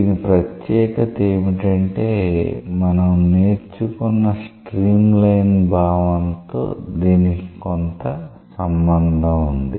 దీని ప్రత్యేకత ఏమిటంటే మనం నేర్చుకున్న స్ట్రీమ్ లైన్ భావనతో దీనికి కొంత సంబంధం ఉంది